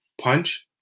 punch